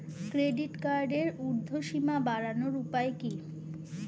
Credit কার্ডের উর্ধ্বসীমা বাড়ানোর উপায় কি?